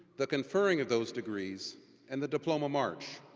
the conferring of those degrees and the diploma march.